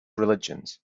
religions